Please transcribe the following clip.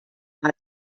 hat